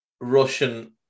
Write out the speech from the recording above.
Russian